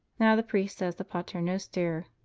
now the priest says the pater noster.